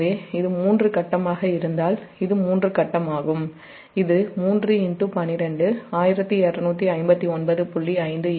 எனவே இது 3 ஃபேஸ் ஆக இருந்தால் இது 3 கட்டமாகும் இது 3 12 1259